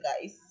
guys